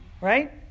right